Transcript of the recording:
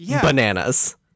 bananas